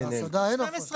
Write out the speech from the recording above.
בהסעדה אין הפרשה.